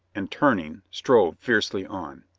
and, turning, strode fiercely on.